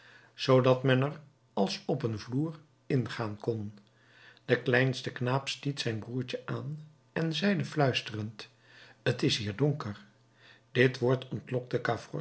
zoodat men er als op een vloer in gaan kon de kleinste knaap stiet zijn broertje aan en zeide fluisterend t is hier donker dit woord ontlokte